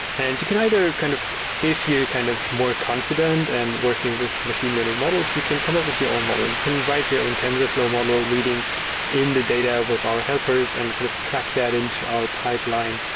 and you can either kind of if you're kind of more confident and working with machine learning models, you can come up with your own model. you can write your own tensorflow model, reading in the data with our helpers and kind of pluck that into our pipeline,